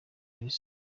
elsa